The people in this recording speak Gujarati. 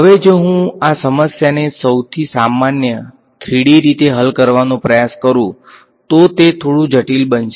હવે જો હું આ સમસ્યાને સૌથી સામાન્ય 3d રીતે હલ કરવાનો પ્રયાસ કરું તો તે થોડું જટિલ બનશે